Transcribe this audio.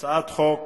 הצעת חוק